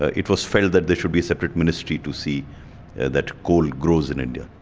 it was felt that there should be separate ministry to see that coal grows in india.